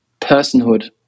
personhood